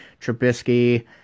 Trubisky